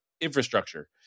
infrastructure